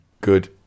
Good